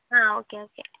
ആ okay okay